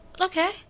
Okay